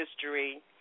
history